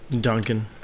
Duncan